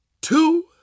two